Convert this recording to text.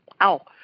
Wow